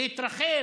להתרחב,